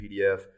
PDF